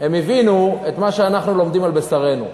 הם הבינו את מה שאנחנו לומדים על בשרנו: